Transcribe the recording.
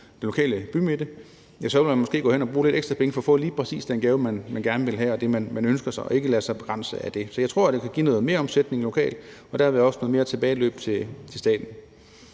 den lokale bymidte, vil man måske gå hen og bruge lidt ekstra penge for at få lige præcis den gave, man gerne vil have, og det, man ønsker sig, og ikke lade sig begrænse af det. Så jeg tror, at det kan give noget meromsætning lokalt og derved også noget mere tilbageløb til staten.